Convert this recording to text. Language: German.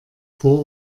vor